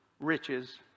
riches